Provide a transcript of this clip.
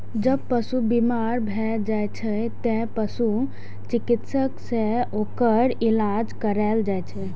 जब पशु बीमार भए जाइ छै, तें पशु चिकित्सक सं ओकर इलाज कराएल जाइ छै